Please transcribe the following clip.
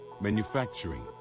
manufacturing